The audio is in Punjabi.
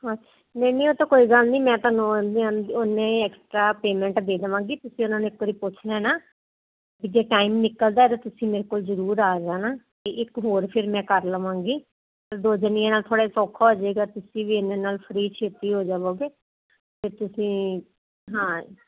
ਜੀ ਨੀ ਨੀ ਉਹ ਤਾਂ ਕੋਈ ਗੱਲ ਨਹੀਂ ਮੈਂ ਤੁਹਾਨੂੰ ਉਨੇ ਐਕਸਟਰਾ ਪੇਮੈਂਟ ਦੇ ਦਵਾਂਗੀ ਤੁਸੀਂ ਉਹਨਾਂ ਨੂੰ ਇੱਕ ਵਾਰੀ ਪੁੱਛ ਲੈਣਾ ਕਿ ਜੇ ਟਾਈਮ ਨਿਕਲਦਾ ਤਾ ਤੁਸੀਂ ਮੇਰੇ ਕੋਲ ਜਰੂਰ ਆ ਜਾਣਾ ਇੱਕ ਹੋਰ ਫਿਰ ਮੈਂ ਕਰ ਲਵਾਂਗੀ ਦੋ ਜਣੀਆਂ ਨਾਲ ਥੋੜੇ ਸੌਖਾ ਹੋ ਜਾਏਗਾ ਤੁਸੀਂ ਵੀ ਇਨੇ ਨਾਲ ਫਰੀ ਛੇਤੀ ਹੋ ਜਾਵੋਗੇ ਤੇ ਤੁਸੀਂ ਹਾਂ